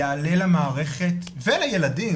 יעלה למערכת ולילדים,